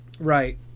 Right